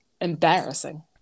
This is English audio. embarrassing